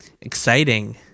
exciting